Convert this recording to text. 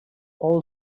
all